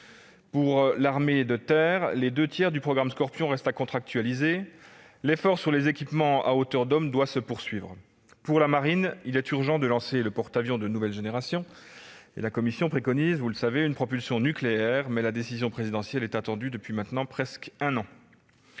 Pour l'armée de terre, les deux tiers du programme Scorpion restent à contractualiser. L'effort sur les équipements « à hauteur d'homme » doit se poursuivre. Pour la marine, il est urgent de lancer le porte-avions de nouvelle génération. À cet égard, la commission préconise une propulsion nucléaire, mais la décision présidentielle est attendue depuis maintenant près d'un an.